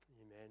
Amen